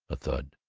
a thud.